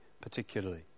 particularly